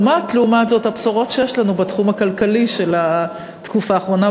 זאת לעומת הבשורות שיש לנו בתחום הכלכלי בתקופה האחרונה,